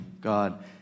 God